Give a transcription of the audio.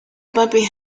puppy